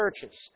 churches